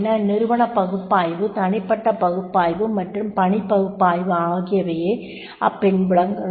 நிறுவன பகுப்பாய்வு தனிப்பட்ட பகுப்பாய்வு மற்றும் பணிப் பகுப்பாய்வு ஆகியவையே அப்பின்புலங்களாகும்